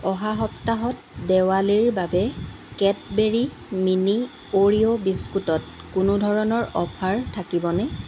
অহা সপ্তাহত দেৱালীৰ বাবে কেটবেৰী মিনি অ'ৰিঅ' বিস্কুটত কোনো ধৰণৰ অফাৰ থাকিব নে